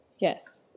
Yes